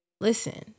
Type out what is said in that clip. listen